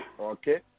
Okay